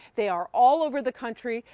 they are all over the country.